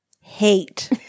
hate